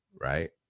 Right